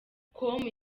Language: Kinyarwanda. com